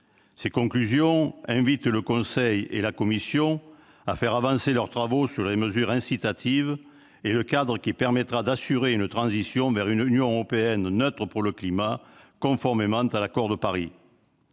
Ces conclusions invitent le Conseil et la Commission à faire avancer leurs travaux sur les mesures incitatives et sur le cadre qui permettra d'assurer une transition vers une Union européenne neutre pour le climat, conformément à l'accord de Paris.